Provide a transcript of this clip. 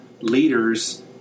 leaders